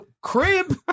crib